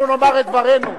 אנחנו נאמר את דברנו.